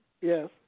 Yes